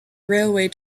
railway